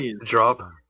drop